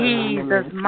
Jesus